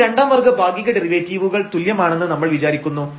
ഈ രണ്ടാം വർഗ്ഗ ഭാഗിക ഡെറിവേറ്റീവുകൾ തുല്യമാണെന്ന് നമ്മൾ വിചാരിക്കുന്നു